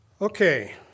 Okay